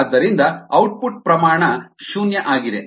ಆದ್ದರಿಂದ ಔಟ್ಪುಟ್ ಪ್ರಮಾಣ ಶೂನ್ಯ ಆಗಿದೆ